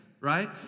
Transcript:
Right